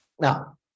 Now